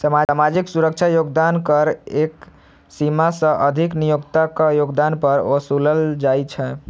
सामाजिक सुरक्षा योगदान कर एक सीमा सं अधिक नियोक्ताक योगदान पर ओसूलल जाइ छै